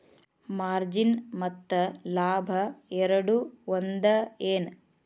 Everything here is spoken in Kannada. ಮಾರ್ಜಿನ್ ಮತ್ತ ಲಾಭ ಎರಡೂ ಒಂದ ಏನ್